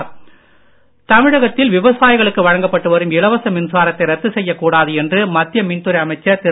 மின்துறை அமைச்சர் தமிழகத்தில் விவசாயிகளுக்கு வழங்கப்பட்டு வரும் இலவச மின்சாரத்தை ரத்து செய்யக் கூடாது என்று மத்திய மின்துறை அமைச்சர் திரு